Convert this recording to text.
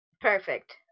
Perfect